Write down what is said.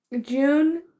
June